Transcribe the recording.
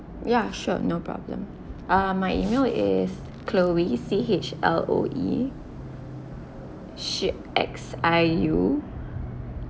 ya sure no problem uh my email is chloe C H L O E xiu X I U